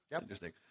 interesting